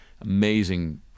amazing